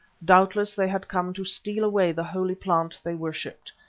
doubtless, they had come to steal away the holy plant they worshipped.